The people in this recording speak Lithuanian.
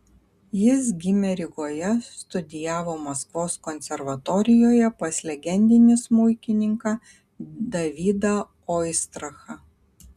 jis gimė rygoje studijavo maskvos konservatorijoje pas legendinį smuikininką davidą oistrachą